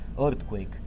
earthquake